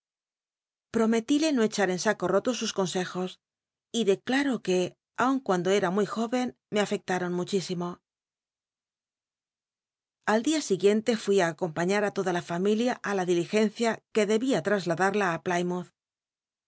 promelile no echar en saco roto sus consejos y declaro que aun cuando era muy jóren me afectaron muchísimo al dia siguiente fui ti acompañat ri toda la familia á la diligencia que debía trasladarla i